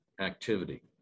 activity